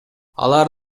алар